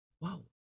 wow